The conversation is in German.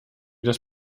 das